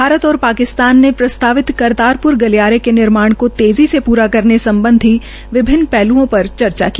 भारत और पाकिस्तान ने प्रस्तावित करतारप्र गलियारे के निर्माण के तेज़ी से पूरा करने सम्बधी विभिन्न पहल्ओं पर चर्चा की